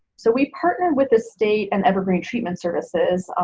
so we partnered with the state and evergreen treatment services,